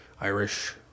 Irish